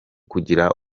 kugira